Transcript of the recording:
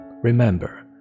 Remember